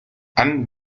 ann